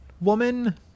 woman